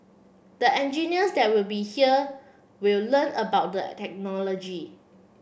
the engineers that will be here will learn about the technology